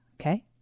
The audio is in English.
Okay